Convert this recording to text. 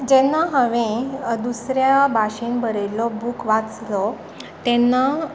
जेन्ना हांवें दुसऱ्या भाशेन बरयल्लो बूक वाचलो तेन्ना